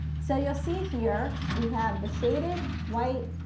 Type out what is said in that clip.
so you will see here we have the shaded, white,